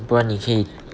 不然你可以